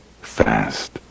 fast